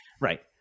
right